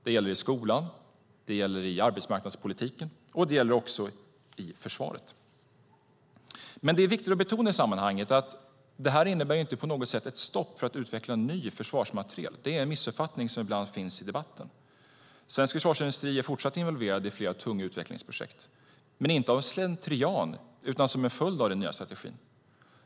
Det gäller i skolan, det gäller i arbetsmarknadspolitiken, och det gäller också i försvaret. Det är viktigt att betona att detta inte på något sätt innebär ett stopp för att utveckla ny försvarsmateriel. Det är en missuppfattning som ibland förekommer i debatten. Svensk försvarsindustri är fortsatt involverad i flera tunga utvecklingsprojekt, men inte av slentrian utan som en följd av den nya strategin.